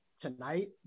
tonight